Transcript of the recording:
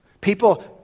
People